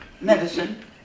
medicine